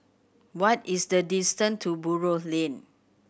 what is the distance to Buroh Lane